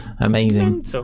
amazing